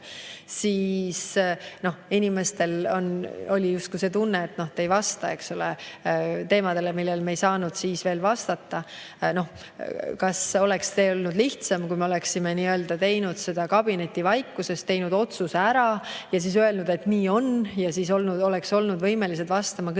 siis inimestel oli justkui tunne, et me ei vasta [küsimustele]. Aga me ei saanud siis veel vastata. Kas oleks olnud lihtsam, kui me oleksime teinud kabinetivaikuses otsuse ära ja siis öelnud, et nii on, ja oleks olnud võimelised vastama kõikidele